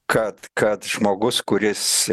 kad kad žmogus kuris